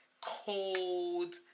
cold